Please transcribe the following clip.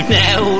now